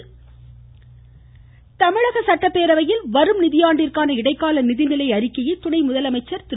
நிதிநிலை அறிக்கை தமிழக சட்டப்பேரவையில் வரும் நிதியாண்டிற்கான இடைக்கால நிதிநிலை அறிக்கையை துணை முதலமைச்சர் திரு